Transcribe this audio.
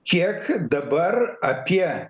kiek dabar apie